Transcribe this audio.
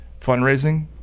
fundraising